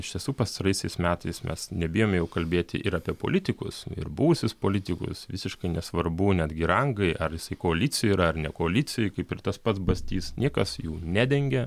iš tiesų pastaraisiais metais mes nebijome jau kalbėti ir apie politikus ir buvusius politikus visiškai nesvarbu netgi rangai ar koalicijoj yra ar ne koalicijoj kaip ir tas pats bastys niekas jų nedengia